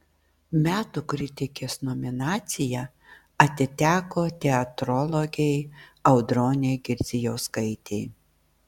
metų kritikės nominacija atiteko teatrologei audronei girdzijauskaitei